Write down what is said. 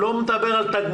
אני לא מדבר על תגמולים,